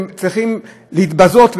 הם צריכים להתבזות,